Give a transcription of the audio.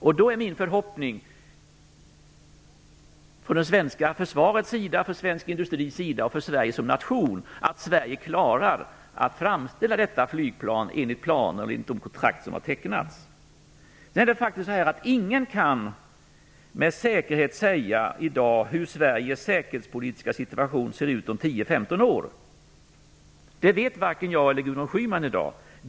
Min förhoppning för det svenska försvaret, för svensk industri och för Sverige som nation är att Sverige klarar att framställa detta flygplan enligt planerna i de kontrakt som har tecknats. Ingen kan med säkerhet i dag säga hur Sveriges säkerhetspolitiska situation ser ut om 10-15 år. Det vet varken jag eller Gudrun Schyman i dag.